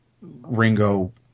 Ringo